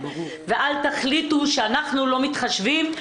ואל תחליטו שאנחנו לא מתחשבים.